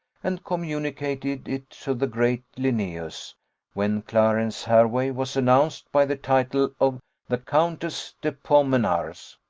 and communicated it to the great linnaeus when clarence hervey was announced by the title of the countess de pomenars.